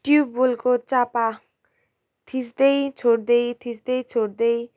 ट्युबवेलको चापा थिच्दै छोड्दै थिच्दै छोड्दै